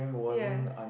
ya